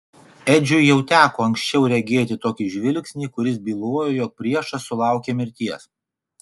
edžiui jau teko anksčiau regėti tokį žvilgsnį kuris bylojo jog priešas sulaukė mirties